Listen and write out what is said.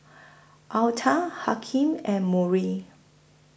Altha Hakeem and Murry